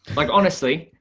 like honestly,